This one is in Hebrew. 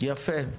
יפה.